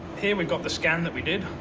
here we've got the scan that we did.